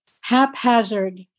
haphazard